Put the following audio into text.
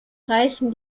reichen